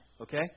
Okay